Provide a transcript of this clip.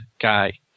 guy